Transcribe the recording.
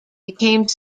became